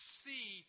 see